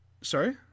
Sorry